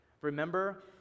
remember